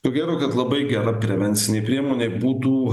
ko gero kad labai gera prevencinė priemonė būtų